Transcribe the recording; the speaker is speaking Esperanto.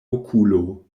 okulo